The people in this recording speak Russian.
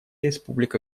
республика